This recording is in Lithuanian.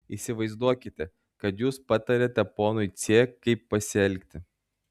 įsivaizduokite kad jūs patariate ponui c kaip pasielgti